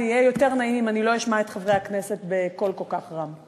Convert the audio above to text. זה יהיה יותר נעים אם אני לא אשמע את חברי הכנסת בקול כל כך רם.